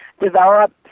develop